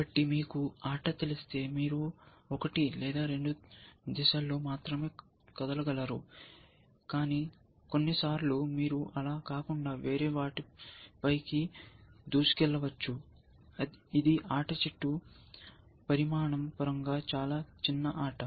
కాబట్టి మీకు ఆట తెలిస్తే మీరు ఒకటి లేదా రెండు దిశలలో మాత్రమే కదలగలరు కొన్నిసార్లు మీరు అలా కాకుండా వేరే వాటిపైకి దూసుకెళ్లవచ్చు ఇది ఆట చెట్టు పరిమాణం పరంగా చాలా చిన్న ఆట